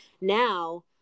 now